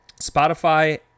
Spotify